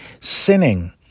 sinning